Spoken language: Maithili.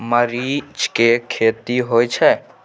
मरीच के खेती होय छय?